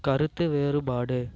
கருத்து வேறுபாடு